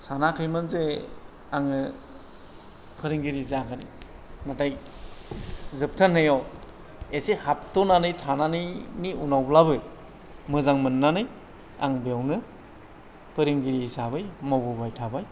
सानाखैमोन जे आङो फोरोंगिरि जागोन नाथाय जोबथारनायाव एसे हाबद'नानै थानानैनि उनावब्लाबो मोजां मोननानै आं बेवनो फोरोंगिरि हिसाबै मावबोबाय थाबाय